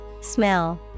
Smell